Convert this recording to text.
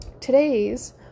today's